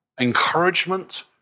encouragement